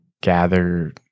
gather